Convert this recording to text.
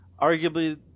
arguably